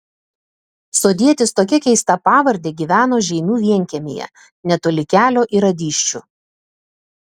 sodietis tokia keista pavarde gyveno žeimių vienkiemyje netoli kelio į radyščių